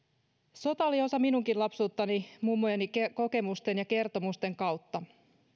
sota oli osa minunkin lapsuuttani mummojeni kokemusten ja kertomusten kautta